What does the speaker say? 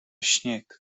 śnieg